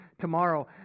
tomorrow